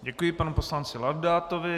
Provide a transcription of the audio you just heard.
Děkuji panu poslanci Laudátovi.